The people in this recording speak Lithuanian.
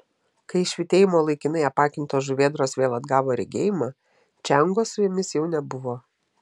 kai švytėjimo laikinai apakintos žuvėdros vėl atgavo regėjimą čiango su jomis jau nebuvo